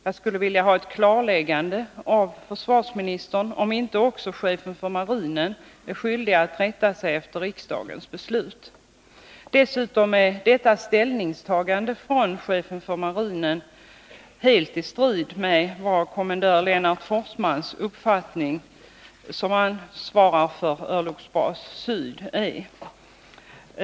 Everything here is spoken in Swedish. Jag skulle nu vilja ha ett klarläggande av försvarsministern om inte också chefen för marinen är skyldig att rätta sig efter riksdagens beslut. Dessutom är detta ställningstagande från chefen för marinen helt i strid med den uppfattning som kommendör Lennart Forsman har — denne ansvarar för örlogsbas Syd E.